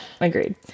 agreed